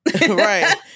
Right